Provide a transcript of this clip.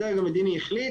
הדרג המדיני החליט